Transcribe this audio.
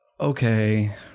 okay